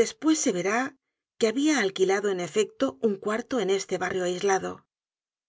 despues se verá que habia alquilado en efecto un cuarto en este barrio aislado